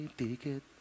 ticket